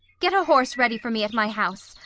get a horse ready for me at my house,